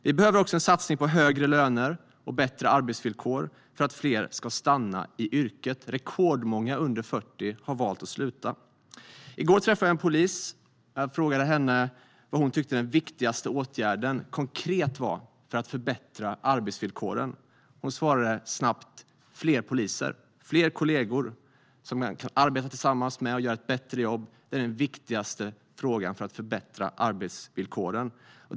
Vi behöver också en satsning på högre löner och bättre arbetsvillkor för att fler ska stanna i yrket. Rekordmånga under 40 har valt att sluta. I går träffade jag en polis. Jag frågade henne vilken konkret åtgärd som hon tycker är den viktigaste för att förbättra arbetsvillkoren. Hon svarade snabbt: Fler poliser, fler kollegor som jag kan arbeta tillsammans med och göra ett bättre jobb. Det är den viktigaste åtgärden för att förbättra arbetsvillkoren.